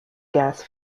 gas